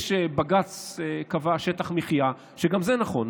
בג"ץ קבע שטח מחיה, שגם זה נכון.